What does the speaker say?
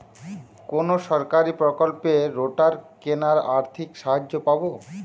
কোন সরকারী প্রকল্পে রোটার কেনার আর্থিক সাহায্য পাব?